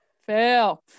fail